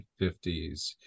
1950s